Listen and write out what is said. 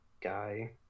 guy